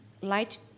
light